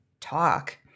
talk